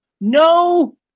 No